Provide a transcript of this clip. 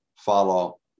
Follow